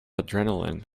adrenaline